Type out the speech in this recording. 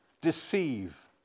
Deceive